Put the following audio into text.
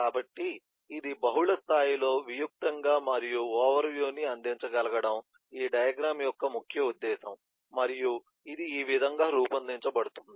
కాబట్టి ఇది బహుళ స్థాయిలలో వియుక్తంగా మరియు ఓవర్ వ్యూ ని అందించగలగడం ఈ డయాగ్రమ్ యొక్క ముఖ్య ఉద్దేశ్యం మరియు ఇది ఈ విధంగా రూపొందించబడింది